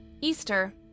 Easter